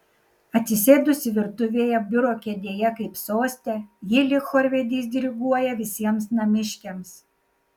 atsisėdusi virtuvėje biuro kėdėje kaip soste ji lyg chorvedys diriguoja visiems namiškiams